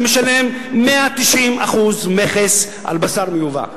הוא משלם 190% מכס על בשר מיובא.